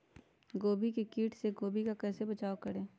गोभी के किट से गोभी का कैसे बचाव करें?